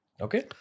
Okay